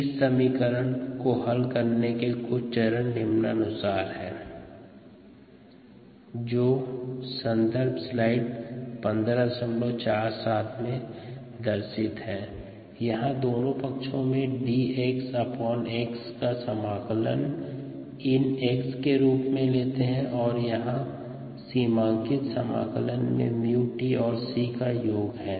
इस समीकरण को हल करने के चरण निम्नानुसार है dxxμdt सर्वप्रथम दोनों पक्षों में dxx का समाकलन ln x के रूप लेते है और यहाँ सीमांकित समाकलन मे 𝜇𝑡 और c का योग है